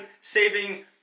saving